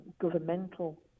governmental